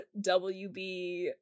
WB